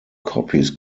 copies